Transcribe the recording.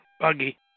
buggy